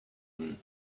and